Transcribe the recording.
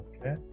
Okay